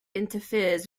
interferes